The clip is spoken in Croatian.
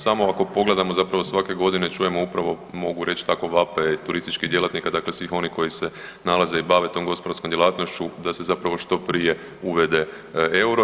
Samo ako pogledamo, zapravo svake godine čujemo upravo mogu reći tako vapaje turističkih djelatnika dakle svih onih koji se nalaze i bave tom gospodarskom djelatnošću da se zapravo što prije uvede euro.